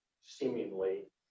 seemingly